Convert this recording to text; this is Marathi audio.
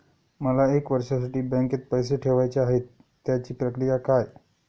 मला एक वर्षासाठी बँकेत पैसे ठेवायचे आहेत त्याची प्रक्रिया काय?